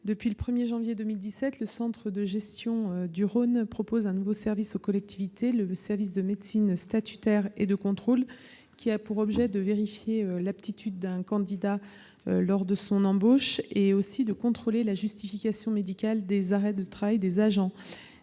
Depuis le 1 janvier 2017, le centre de gestion du Rhône propose un nouveau service aux collectivités, le service de médecine statutaire et de contrôle, qui a pour objet de vérifier l'aptitude à l'embauche d'un candidat et de contrôler la justification médicale des arrêts de travail des agents.